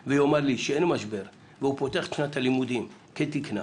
משבר והוא פותח את שנת הלימודים כתקנה